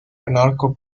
anarcho